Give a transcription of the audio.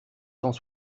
cent